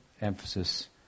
emphasis